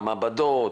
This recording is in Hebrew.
המעבדות,